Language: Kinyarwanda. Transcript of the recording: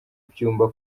byumba